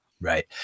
Right